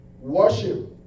Worship